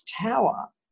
tower